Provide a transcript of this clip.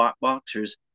boxers